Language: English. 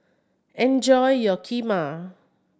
enjoy your Kheema